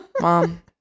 mom